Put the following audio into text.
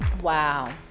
Wow